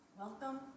Welcome